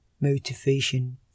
motivation